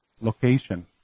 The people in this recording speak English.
location